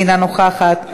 אינה נוכחת,